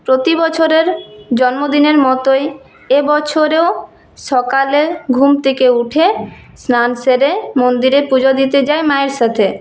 প্রতি বছরের জন্মদিনের মতই এবছরেও সকালে ঘুম থেকে উঠে স্নান সেরে মন্দিরে পুজো দিতে যাই মায়ের সাথে